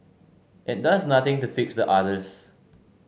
it does nothing to fix the others